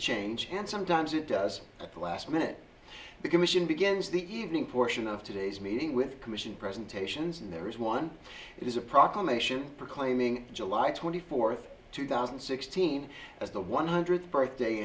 change and sometimes it does at the last minute the commission begins the evening portion of today's meeting with commission presentations and there is one is a proclamation proclaiming july twenty fourth two thousand and sixteen as the one hundredth birthday